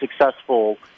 successful